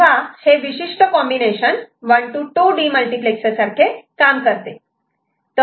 तेव्हा हे विशिष्ट कॉम्बिनेशन 1 to 2 डीमल्टिप्लेक्सर सारखेच काम करते